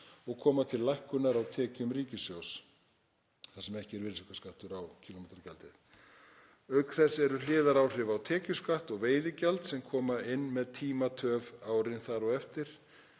og koma til lækkunar á tekjum ríkissjóðs, þar sem ekki er virðisaukaskattur á kílómetragjaldi. Auk þess eru hliðaráhrif á tekjuskatt og veiðigjald sem koma inn með tímatöf árin þar á eftir,